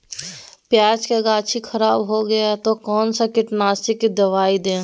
प्याज की गाछी खराब हो गया तो कौन सा कीटनाशक दवाएं दे?